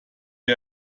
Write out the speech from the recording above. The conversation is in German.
wir